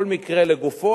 כל מקרה לגופו,